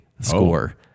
score